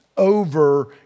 over